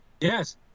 Yes